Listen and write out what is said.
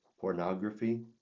pornography